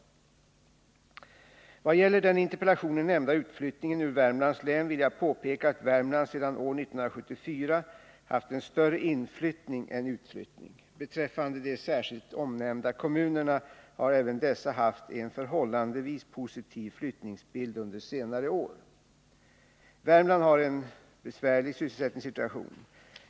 Vad gäller den i interpellationen nämnda utflyttningen ur Värmlands län vill jag påpeka att Värmland sedan år 1974 haft en större inflyttning än utflyttning. Beträffande de särskilt omnämnda kommunerna har även dessa haft en förhållandevis positiv flyttningsbild under senare år. Värmland har en besvärlig sysselsättningssituation.